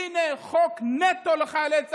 הינה חוק נטו לחיילי צה"ל.